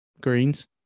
Greens